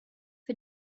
für